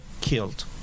killed